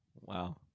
wow